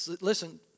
Listen